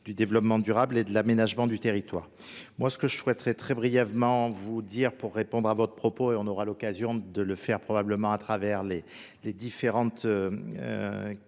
du développement durable et de l'aménagement du territoire. Moi ce que je souhaiterais très brièvement vous dire pour répondre à votre propos et on aura l'occasion de le faire probablement à travers les les différentes questions